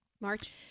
March